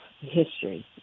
history